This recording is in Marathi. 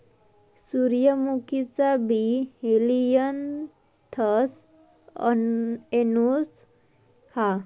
सूर्यमुखीचा बी हेलियनथस एनुस हा